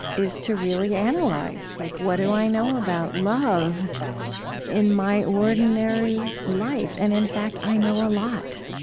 is to really analyze, like, what do i know about love in my ordinary life? and in fact, i know a lot.